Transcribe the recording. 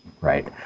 right